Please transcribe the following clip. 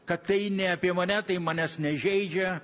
kad tai ne apie mane tai manęs nežeidžia